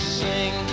sing